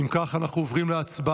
אם כך, אנחנו עוברים להצבעה.